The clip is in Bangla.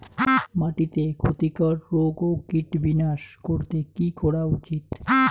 মাটিতে ক্ষতি কর রোগ ও কীট বিনাশ করতে কি করা উচিৎ?